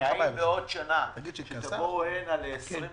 בעוד שנה תבואו הנה ל-20 דקות,